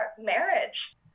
marriage